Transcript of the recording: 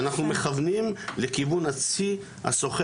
ואנחנו מכוונים לכיוון הצי הסוחר